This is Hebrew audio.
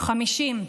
50,